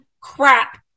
crap